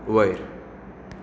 वयर